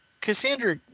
Cassandra